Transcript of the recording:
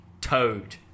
toad